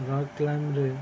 rock କ୍ଲାଇମ୍ବ୍ରେ